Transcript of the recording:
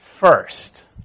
first